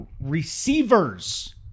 receivers